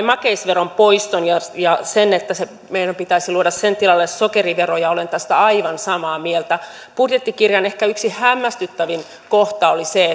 makeisveron poiston ja ja sen että meidän pitäisi luoda sen tilalle sokerivero ja olen tästä aivan samaa mieltä budjettikirjan ehkä yksi hämmästyttävimmistä kohdista oli se